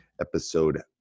Episode